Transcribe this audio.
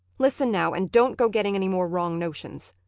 listen, now, and don't go getting any more wrong notions.